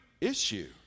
issue